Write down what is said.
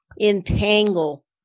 entangle